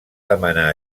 demanar